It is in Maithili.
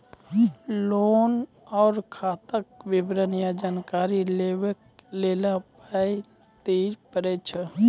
लोन आर खाताक विवरण या जानकारी लेबाक लेल पाय दिये पड़ै छै?